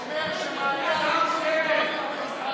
שאומר שמעלה אדומים, לא ישראל?